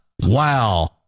wow